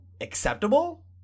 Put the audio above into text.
acceptable